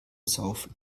saufen